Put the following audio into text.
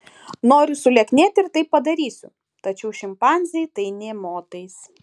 noriu sulieknėti ir tai padarysiu tačiau šimpanzei tai nė motais